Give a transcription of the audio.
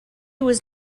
was